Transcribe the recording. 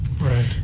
Right